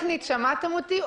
שמענו.